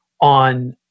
on